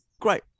great